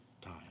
time